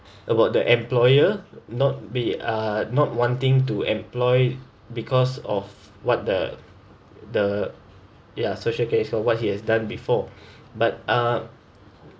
about the employer not be uh not wanting to employ because of what the the ya social case for what he has done before but uh